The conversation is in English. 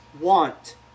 want